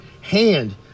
hand